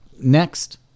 next